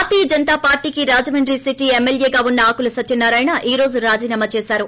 భారతీయ జనతా పార్లీకి రాజమండ్రి సిటీ ఎమ్మెల్యేగా ఉన్న ఆకుల సత్యనారాయణ ఈ రోజు రాజీనామా దేశారు